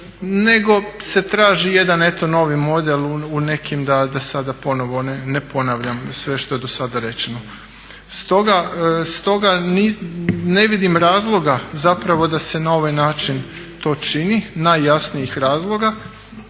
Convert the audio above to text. nego se traži jedan eto novi model u nekim da sad ponovno ne ponavljam sve što je do sada rečeno. Stoga ne vidim razloga zapravo da se na ovaj način to čini, najjasnijih razloga